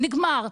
נגמר,